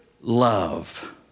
love